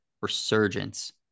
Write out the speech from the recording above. resurgence